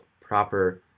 proper